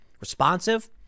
responsive